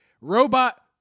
robot